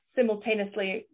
simultaneously